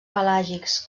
pelàgics